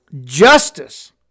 justice